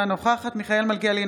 אינה נוכחת מיכאל מלכיאלי,